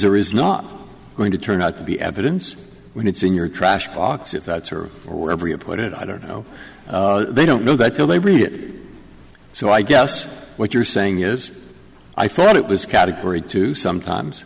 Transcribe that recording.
or is not going to turn out to be evidence when it's in your trash box if that's her or wherever you put it i don't know they don't know that till they read it so i guess what you're saying is i thought it was category two sometimes